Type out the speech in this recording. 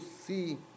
see